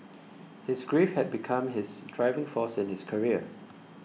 his grief had become his driving force in his career